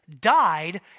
died